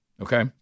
Okay